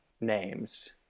names